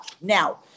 now